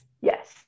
Yes